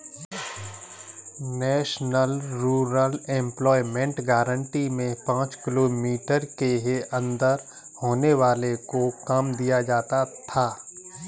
national rural employment guarantee में पांच kilometre के अंदर आने वालो को काम दिया जाता था